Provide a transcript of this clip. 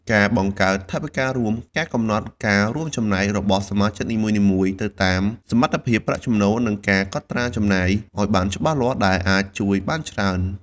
ការបង្កើតថវិការួម ការកំណត់ការរួមចំណែករបស់សមាជិកនីមួយៗទៅតាមសមត្ថភាពប្រាក់ចំណូល និងការកត់ត្រាចំណាយឲ្យបានច្បាស់លាស់ ដែលអាចជួយបានច្រើន។